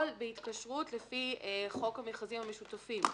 או בהתקשרות לפי חוק המכרזים המשותפים.